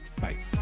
Bye